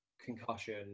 concussion